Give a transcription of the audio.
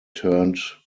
turned